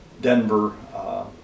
Denver